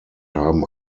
haben